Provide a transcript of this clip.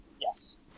Yes